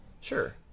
Sure